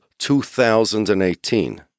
2018